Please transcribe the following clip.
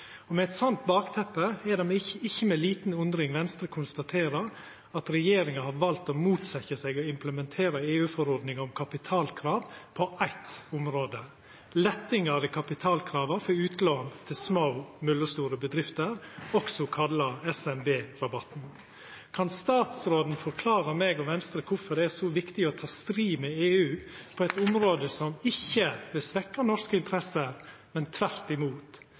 regjeringa. Med eit slikt bakteppe er det ikkje med lita undring Venstre konstaterer at regjeringa har valt å motsetja seg å implementera EU-forordning om kapitalkrav på eitt område: lettingar i kapitalkrava for utlån til små og mellomstore bedrifter, også kalla SMB-rabatten. Kan statsråden forklara meg og Venstre kvifor det er så viktig å ta strid med EU på eit område som ikkje vil svekkja norske interesser, men tvert imot?